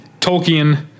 Tolkien